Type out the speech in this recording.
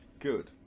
Good